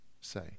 say